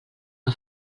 que